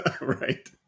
Right